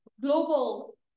global